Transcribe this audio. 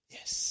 Yes